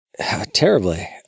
terribly